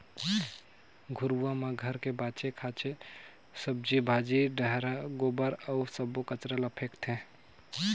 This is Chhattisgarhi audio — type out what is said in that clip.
घुरूवा म घर के बाचे खुचे सब्जी भाजी के डठरा, गोबर अउ सब्बो कचरा ल फेकथें